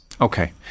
Okay